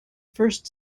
first